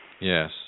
Yes